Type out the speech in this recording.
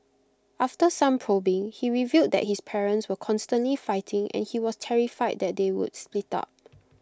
after some probing he revealed that his parents were constantly fighting and he was terrified that they would split up